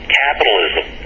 capitalism